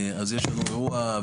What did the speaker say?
אז יש לנו אירוע,